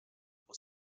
was